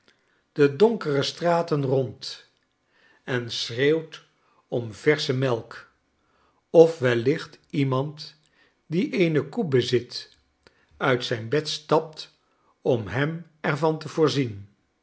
italie straten rond en schreeuwt om versche melk of wellicht iemand die eene koe bezit uit zijn bed stapt om hem er van te voorzien